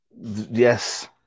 Yes